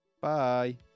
Bye